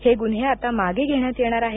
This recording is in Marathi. हे गुन्हे आता मागं घेण्यात येणार आहेत